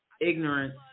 ignorance